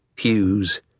Hughes